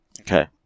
Okay